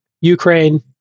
Ukraine